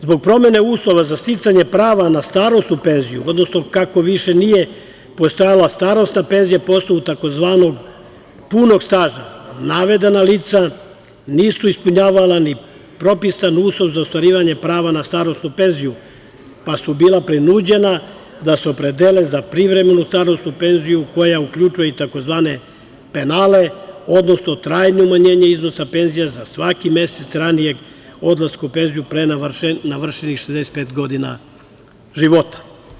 Zbog promene uslova za sticanje prava na starosnu penziju, odnosno kako više nije postojala starosna penzija po osnovu tzv. punog staža, navedena lica nisu ispunjavala ni propisan uslov za ostvarivanje prava na starosnu penziju, pa su bila prinuđena da se opredele za privremenu starosnu penziju koja uključuje i tzv. penale, odnosno trajno umanjenje iznosa penzija za svaki mesec ranijeg odlaska u penziju pre navrešenih 65 godina života.